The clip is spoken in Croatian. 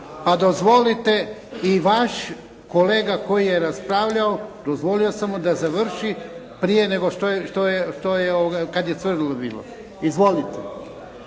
Pa dozvolite i vaš kolega koji je raspravljao dozvolio sam mu da završi prije nego što je, kad je crveno bilo. Izvolite.